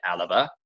Alaba